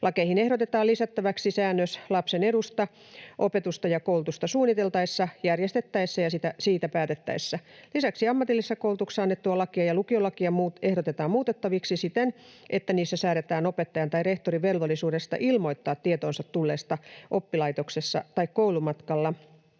Lakeihin ehdotetaan lisättäväksi säännös lapsen edusta opetusta ja koulutusta suunniteltaessa, järjestettäessä ja siitä päätettäessä. Lisäksi ammatillisessa koulutuksessa annettua lakia ja lukiolakia ehdotetaan muutettaviksi siten, että niissä säädetään opettajan tai rehtorin velvollisuudesta ilmoittaa tietoonsa tulleesta oppilaitoksessa tai koulumatkalla